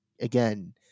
again